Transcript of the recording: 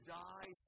die